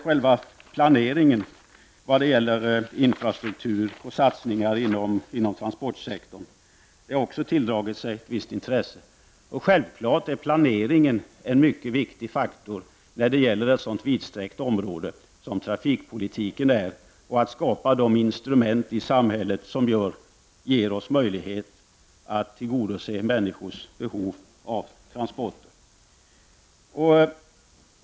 Själva planeringen beträffande infrastruktur och satsningar inom transportsektorn har också tilldragit sig ett visst intresse. Självfallet är planeringen en mycket viktig faktor när det gäller ett så stort område som trafikpolitiken och skapandet av de instrument i samhället som ger oss möjlighet att tillgodose människors behov av transporter.